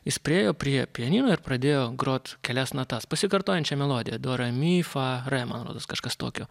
jis priėjo prie pianino ir pradėjo grot kelias natas pasikartojančią melodiją do rė mi fa rė man rodos kažkas tokio